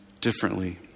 differently